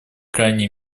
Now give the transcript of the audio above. крайней